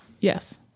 Yes